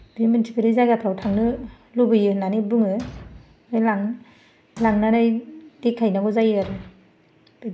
बे मोन्थिफेरै जायगाफोराव थांनो लुबैयो होननानै बुङो ओमफाय लाङो लांनानै देखायनांगौ जायो आरो